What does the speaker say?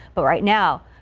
but right now.